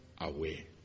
away